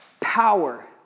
Power